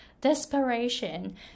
desperation